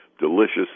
delicious